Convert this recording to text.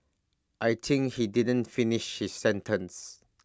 I think he didn't finish his sentence